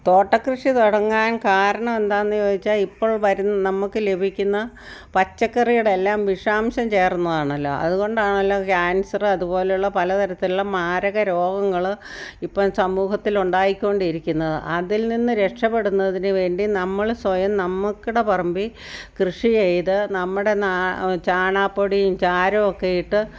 തോട്ടക്കൃഷി തുടങ്ങാൻ കാരണം എന്താണെന്ന് ചോദിച്ചാൽ ഇപ്പോൾ വരുന്ന നമുക്ക് ലഭിക്കുന്ന പച്ചക്കറികളെല്ലാം വിഷാംശം ചേർന്നതാണല്ലോ അതുകൊണ്ടാണല്ലോ കാൻസർ അതുപോലുള്ള പല തരത്തിലുള്ള മാരക രോഗങ്ങൾ ഇപ്പോൾ സമൂഹത്തിൽ ഉണ്ടായികൊണ്ടിരിക്കുന്നത് അതിൽ നിന്ന് രക്ഷപ്പെടുന്നതിന് വേണ്ടി നമ്മൾ സ്വയം നമ്മ്ക്കടെ പറമ്പിൽ കൃഷി ചെയ്ത് നമ്മുടെ നാ ചാണകപ്പൊടിയും ചാരവും ഒക്കെ ഇട്ട്